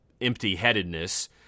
empty-headedness